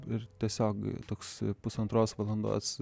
ir tiesiog toks pusantros valandos